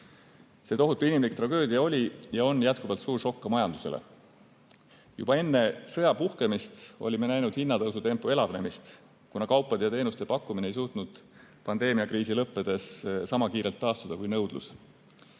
See tohutu inimlik tragöödia oli ja on jätkuvalt suur šokk ka majandusele. Juba enne sõja puhkemist olime näinud hinnatõusu tempo elavnemist, kuna kaupade ja teenuste pakkumine ei suutnud pandeemiakriisi lõppedes sama kiirelt taastuda kui nõudlus.